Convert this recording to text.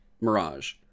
mirage